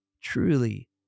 Truly